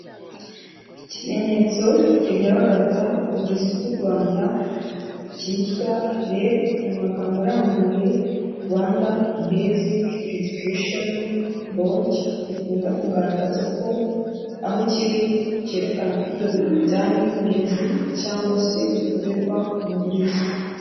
Ikimenyetso kigaragaza uburezi bw'u Rwanda cyitwa REB mu magambo arambuye Rwanda basic educationl board gikunda kugaragaza ko aho kiri kerekana ko ibyo bintu bijyanye n'uburezi cyangwa se bikorerwa mu burezi.